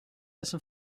listen